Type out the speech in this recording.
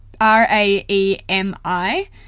R-A-E-M-I